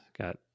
got